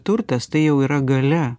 turtas tai jau yra galia